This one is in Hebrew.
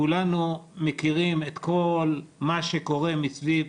כולנו מכירים את כל מה שקורה מסביב